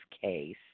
case